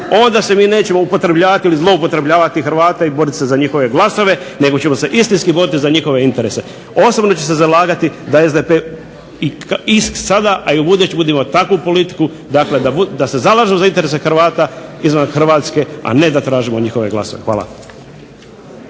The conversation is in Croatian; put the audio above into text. onda se mi nećemo upotrebljavati ili zloupotrebljavati Hrvate i boriti se za njihove glasove, nego ćemo se istinski boriti za njihove interese. Osobno ću se zalagati da SDP i sada i u buduće vodimo takvu politiku da se zalažu za interese Hrvata izvan Hrvatske, a ne da tražimo njihove glasove. Hvala.